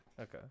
Okay